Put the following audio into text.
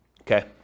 Okay